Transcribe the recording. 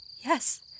Yes